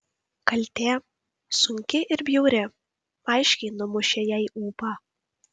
kaltė sunki ir bjauri aiškiai numušė jai ūpą